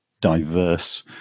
diverse